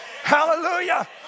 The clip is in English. Hallelujah